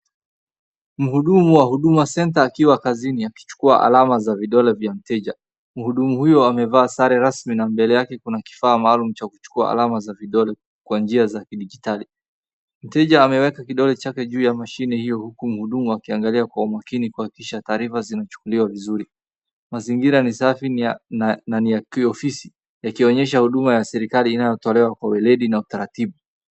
Mhudumu wa Huduma Center akiwa kazini akichukua alama za vidole vya mteja. Mhudumu huyo amevaa sare rasmi na mbele yake kuna kifaa maalum cha kuchukua alama za vidole kwa njia za kidijitali. Mteja ameweka kidole chake juu ya mashine hiyo huku mhudumu akiangalia kwa umakini kuhakikisha taarifa zinachukuliwa vizuri. Mazingira ni safi na ni ya kiofisi, yakionyesha huduma ya serikali inayotolewa kwa upelelezi na utaratibu.